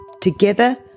Together